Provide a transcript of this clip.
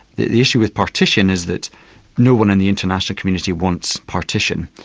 the issue with partition is that no-one in the international community wants partition.